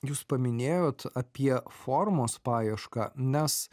jūs paminėjot apie formos paiešką nes